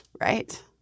right